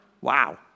wow